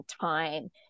time